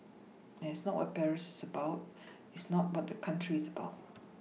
and it's not what Paris is about it's not what that country is about